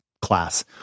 class